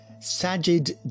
Sajid